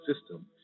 system